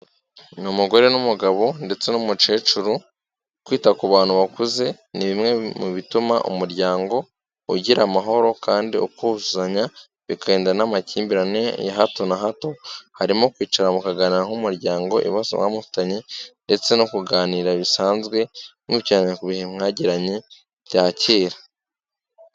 Ni umugore n'umugabo ndetse n'umukecuru, kwita ku bantu bakuze ni bimwe mu bituma umuryango ugira amahoro kandi ukuzuzanya, bikarinda n'amakimbirane ya hato na hato, harimo kwicara mukaganira nk'umuryango ibibazo bamufitanye ndetse no kuganira bisanzwe, mwibukiranya ku bihe mwagiranye bya kera.